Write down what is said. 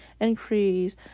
increase